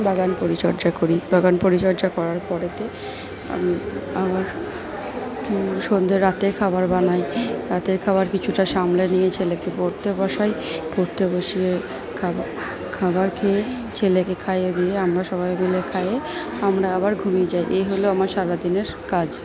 বাগান পরিচর্যা করি বাগান পরিচর্যা করার পরেতে আমি আবার সন্ধে রাতের খাবার বানাই রাতের খাবার কিছুটা সামলে নিয়ে ছেলেকে পড়তে বসাই পড়তে বসিয়ে খাবার খাবার খেয়েই ছেলেকে খাইয়ে দিয়ে আমরা সবাই মিলে খাই আমরা আবার ঘুমিয়ে যাই এই হলো আমার সারা দিনের কাজ